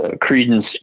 credence